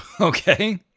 Okay